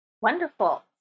Wonderful